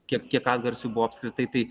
kiek atgarsių buvo apskritai tai